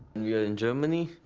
we're in germany.